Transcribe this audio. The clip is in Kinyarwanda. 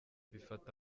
bifata